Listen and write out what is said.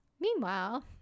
Meanwhile